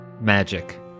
magic